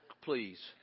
please